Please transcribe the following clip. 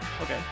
Okay